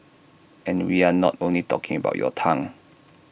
and we are not only talking about your tongue